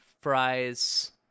Fries